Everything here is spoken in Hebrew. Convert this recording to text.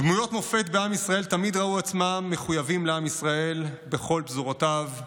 דמויות מופת בעם ישראל תמיד ראו עצמן מחויבות לעם ישראל בכל פזורותיו,